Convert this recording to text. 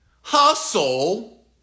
hustle